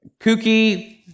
kooky